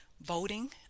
voting